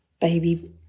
Baby